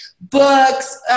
books